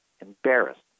embarrassed